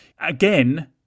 again